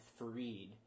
Fareed